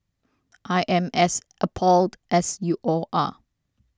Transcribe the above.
I am as appalled as you all are